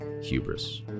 hubris